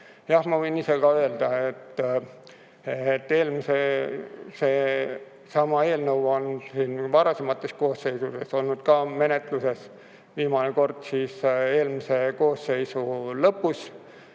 Jah, ma võin ise öelda, et seesama eelnõu on siin varasemates koosseisudes olnud menetluses, viimane kord eelmise koosseisu lõpus.